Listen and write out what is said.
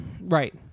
Right